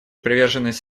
приверженность